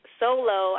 solo